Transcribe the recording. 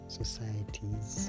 societies